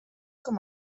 com